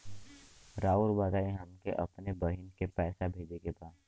राउर बताई हमके अपने बहिन के पैसा भेजे के बा?